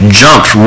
jumped